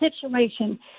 situation